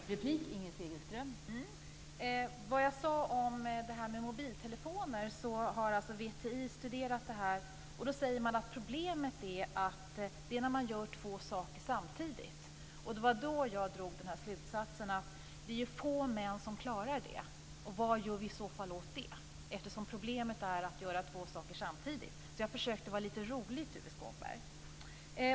Fru talman! VTI har studerat detta med mobiltelefoner, och problemet är att man ska göra två saker samtidigt. Det var då jag drog slutsatsen att det är få män som klarar det, och vad gör vi i så fall åt det? Jag försökte att vara lite rolig, Tuve Skånberg.